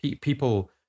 people